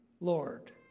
Lord